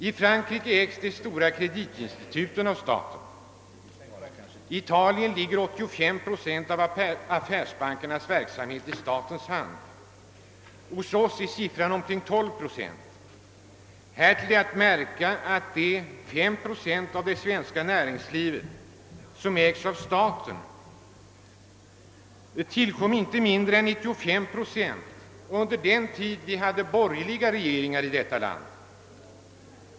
I Frankrike ägs de stora kreditinstituten av staten, och i Italien ligger 85 procent av affärsbankernas verksamhet i statens hand. Hos oss är motsvarande siffra omkring 12 procent. Vidare är att märka att inte mindre än 95 procent av statens andel av det svenska näringslivet tillkommit under den tid som vi hade borgerliga regeringar i vårt land.